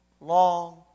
long